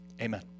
Amen